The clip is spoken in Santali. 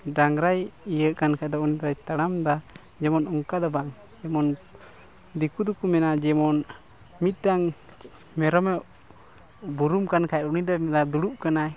ᱰᱟᱝᱨᱟᱭ ᱤᱭᱟᱹ ᱠᱟᱱ ᱠᱷᱟᱡ ᱫᱚ ᱩᱱᱤ ᱫᱚᱭ ᱛᱟᱲᱟᱢ ᱮᱫᱟ ᱡᱮᱢᱚᱱ ᱚᱱᱠᱟ ᱫᱚ ᱵᱟᱝ ᱡᱮᱢᱚᱱ ᱫᱤᱠᱩ ᱫᱚᱠᱚ ᱢᱮᱱᱟ ᱡᱮᱢᱚᱱ ᱢᱤᱫᱴᱟᱝ ᱢᱮᱨᱚᱢ ᱵᱩᱨᱩᱢ ᱠᱟᱱ ᱠᱷᱟᱡ ᱩᱱᱤ ᱫᱚᱭ ᱢᱮᱱᱟ ᱫᱩᱲᱩᱵ ᱠᱟᱱᱟᱭ